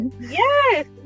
Yes